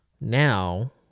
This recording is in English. now